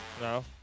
No